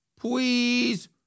please